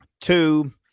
two